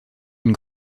une